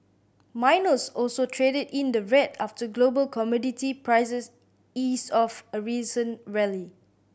miners also traded in the red after global commodity prices eased off a recent rally